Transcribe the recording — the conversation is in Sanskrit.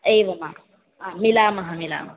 एवम् आम् आ मिलामः मिलामः